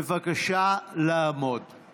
בן העדה הדרוזית, נולד ב-14 במאי 1940 בבית ג'ן.